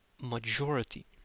Majority